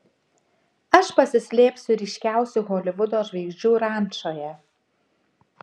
aš pasislėpsiu ryškiausių holivudo žvaigždžių rančoje